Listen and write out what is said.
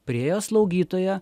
priėjo slaugytoja